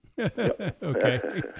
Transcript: okay